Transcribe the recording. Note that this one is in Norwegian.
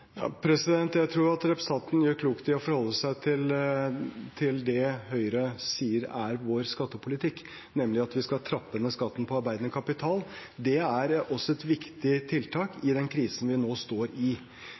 Jeg tror representanten gjør klokt i å forholde seg til det Høyre sier er vår skattepolitikk, nemlig at vi skal trappe ned skatten på arbeidende kapital. Det er også et viktig tiltak i den krisen vi nå står i.